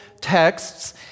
texts